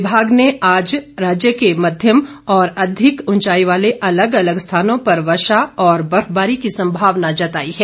विभाग ने आज राज्य के मध्यम और अधिक ऊंचाई वाले अलग अलग स्थानों पर वर्षा व बर्फबारी की संभावना जताई है